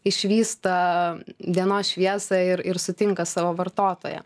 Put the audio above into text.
išvysta dienos šviesą ir ir sutinka savo vartotoją